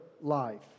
life